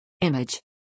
Image